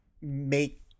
make